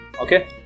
Okay